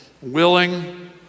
willing